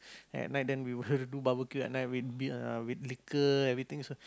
at night then we will do barbecue at night we'll be uh with liquor everything also